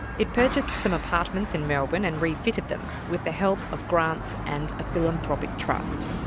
it purchased some apartments in melbourne and re-fitted them, with the help of grants and a philanthropic trust,